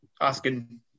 asking